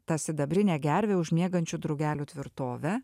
ta sidabrinė gervė už miegančių drugelių tvirtovę